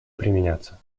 применяться